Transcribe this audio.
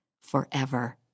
forever